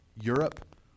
Europe